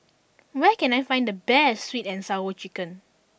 where can I find the best Sweet and Sour Chicken